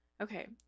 Okay